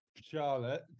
Charlotte